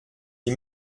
die